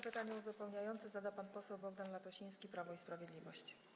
Pytanie uzupełniające zada pan poseł Bogdan Latosiński, Prawo i Sprawiedliwość.